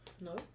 No